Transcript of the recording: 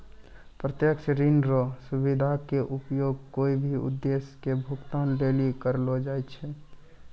प्रत्यक्ष ऋण रो सुविधा के उपयोग कोय भी उद्देश्य के भुगतान लेली करलो जाय छै